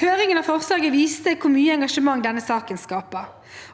Høringen av forslaget viste hvor mye engasjement denne saken skaper,